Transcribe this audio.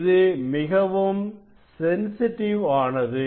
இது மிகவும் சென்சிட்டிவ் ஆனது